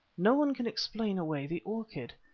no one can explain away the orchid.